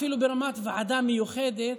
אפילו ברמת ועדה מיוחדת,